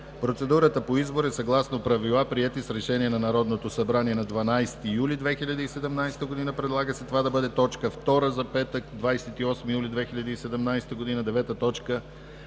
Процедурата по избор е съгласно правила, приети с Решение на Народното събрание от 12 юли 2017 г. Предлага се това да бъде точка втора за петък, 28 юли 2017 г. 9.